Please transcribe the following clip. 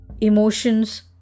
Emotions